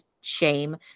shame